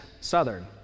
Southern